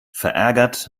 verärgert